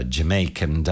Jamaican